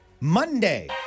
Monday